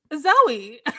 Zoe